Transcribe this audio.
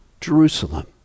Jerusalem